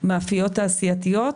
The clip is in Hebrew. מאפיות תעשייתיות